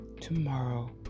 Tomorrow